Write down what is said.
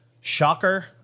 Shocker